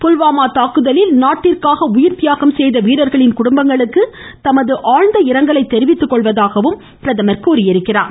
புல்வாமா தாக்குதலில் நாட்டிற்காக உயிர் தியாகம் செய்த வீரர்களின் குடும்பங்களுக்கு தமது ஆழ்ந்த இரங்கலை தெரிவித்துக் கொள்வதாகவும் பிரதமர் குறிப்பிட்டார்